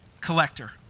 collector